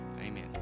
Amen